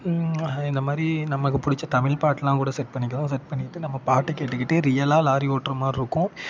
அது இந்த மாதிரி நமக்கு பிடிச்ச தமிழ் பாட்டுலாம் கூட செட் பண்ணிக்கலாம் செட் பண்ணிக்கிட்டு நம்ம பாட்டை கேட்டுக்கிட்டே ரியலாக லாரி ஓட்டுற மாதிரி இருக்கும்